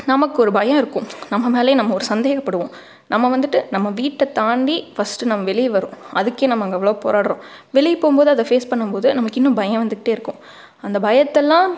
நமக்கு ஒரு பய இருக்கும் நம்ம மேலேயே நம்ம ஒரு சந்தேகப்படுவோம் நம்ம வந்துவிட்டு நம்ம வீட்டை தாண்டி ஃபர்ஸ்ட்டு நம்ம வெளியே வரோம் அதுக்கே நம்ம அங்கே அவ்வளோ போராடுகிறோம் வெளியே போகும்போது அதை பேஸ் பண்ணும் போது நமக்கு இன்னும் பயம் வந்துகிட்டேருக்கும் அந்த பயத்தைல்லாம்